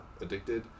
addicted